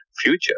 future